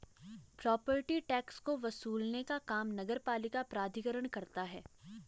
property tax को वसूलने का काम नगरपालिका प्राधिकरण करता है